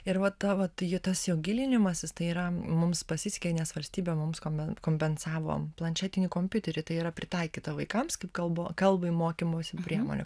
ir vat ta vat jo tas jo gilinimasis tai yra mums pasisekė nes valstybė mums kome kompensavo planšetinį kompiuterį tai yra pritaikyta vaikams kaip kalbo kalbai mokymosi priemonė